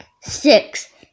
six